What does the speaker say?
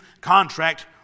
contract